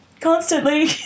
constantly